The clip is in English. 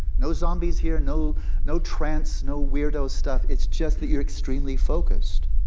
no zombies here, no no trance, no weirdo stuff, it's just that you are extremely focused.